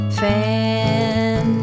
fan